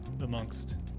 amongst